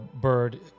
bird